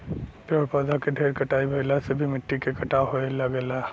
पेड़ पौधा के ढेर कटाई भइला से भी मिट्टी के कटाव होये लगेला